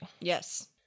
Yes